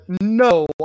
No